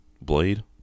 Blade